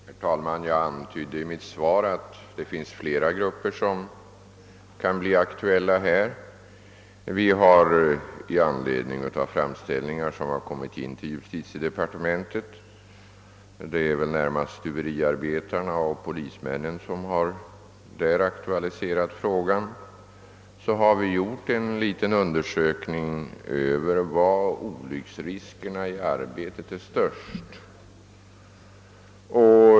Herr talman! Jag antydde i mitt svar att det finns flera grupper som kan bli aktuella. Vi har i anledning av framställningar som kommit in till justitiedepartementet — det är närmast stuve riarbetarna och polismännen som aktualiserat frågan — gjort en liten undersökning för att se var olycksriskerna i arbetet är störst.